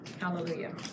Hallelujah